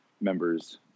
members